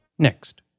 Next